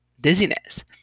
dizziness